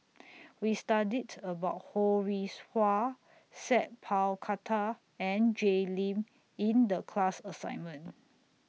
We studied about Ho Rih Hwa Sat Pal Khattar and Jay Lim in The class assignment